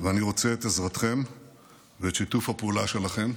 ואני רוצה את עזרתכם ואת שיתוף הפעולה שלכם,